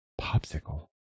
Popsicle